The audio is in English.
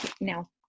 no